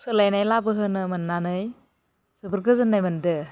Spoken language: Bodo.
सोलायनाय लाबोहोनो मोननानै जोबोद गोजोननाय मोनदों